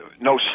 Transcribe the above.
no